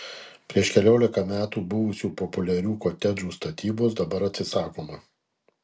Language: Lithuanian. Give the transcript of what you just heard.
prieš keliolika metų buvusių populiarių kotedžų statybos dabar atsisakoma